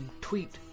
tweet